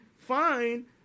fine